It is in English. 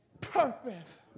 Purpose